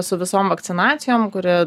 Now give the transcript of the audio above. su visom vakcinacijom kuri